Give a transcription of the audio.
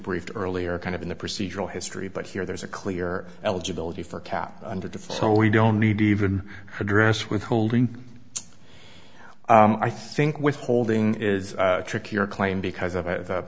briefed earlier kind of in the procedural history but here there's a clear eligibility for cap under the so we don't need to even address withholding i think withholding is trickier claim because of the